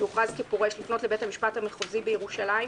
שהוכרז כפורש לפנות לבית המשפט המחוזי בירושלים